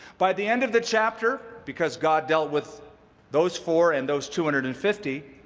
by the end of the chapter, because god dealt with those four and those two hundred and fifty,